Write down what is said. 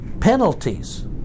penalties